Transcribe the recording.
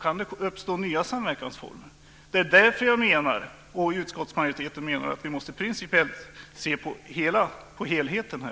kan det uppstå nya samverkansformer. Det är därför jag och utskottsmajoriteten menar att vi måste se principiellt på helheten.